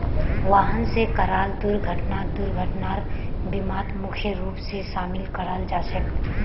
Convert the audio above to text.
वाहन स कराल दुर्घटना दुर्घटनार बीमात मुख्य रूप स शामिल कराल जा छेक